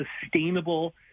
sustainable